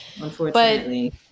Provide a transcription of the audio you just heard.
Unfortunately